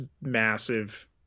massive